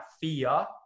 fear